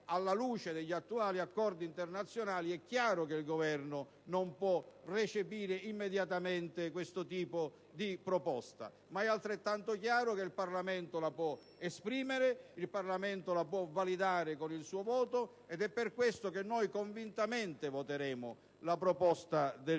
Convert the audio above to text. alla luce degli attuali accordi internazionali, è chiaro che esso non può recepire immediatamente questa proposta. Ma è altrettanto chiaro che il Parlamento la può esprimere e la può validare con il suo voto, ed è per questo che convintamente voteremo la proposta del PdL,